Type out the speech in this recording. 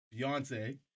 Beyonce